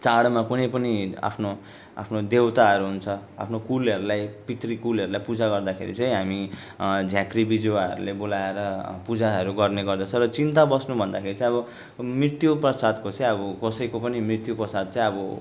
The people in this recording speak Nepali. चाडमा कुनै पनि आफ्नो आफ्नो देउताहरू हुन्छ आफ्नो कुलहरूलाई पितृ कुलहरूलाई पूजा गर्दाखेरि चाहिँ हामी झाँक्री बिजुवाहरूले बोलाएर पूजाहरू गर्ने गर्दछ र चिन्ता बस्नु भन्दाखेरि चाहिँ अब मृत्यु पश्चात्को चाहिँ अब कसैको पनि मृत्यु पश्चात् चाहिँ अब